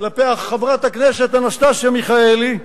כלפי חברת הכנסת אנסטסיה מיכאלי,